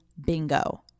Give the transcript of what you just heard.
bingo